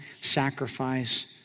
sacrifice